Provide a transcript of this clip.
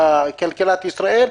בכלכלת ישראל,